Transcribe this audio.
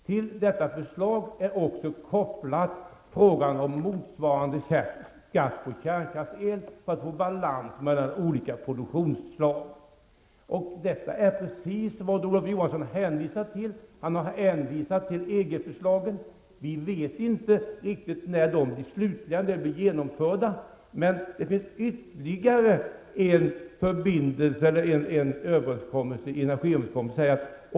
Till detta förslag har också kopplats frågan om motsvarande skärpt skatt på kärnkraftsel, för att få balans mellan olika produktionsslag. Detta är precis vad Olof Johansson hänvisat till. Han har hänvisat till EG-förslaget. Vi vet inte riktigt när det genomförs, men det finns ytterligare en förbindelse i energiöverenskommelsen.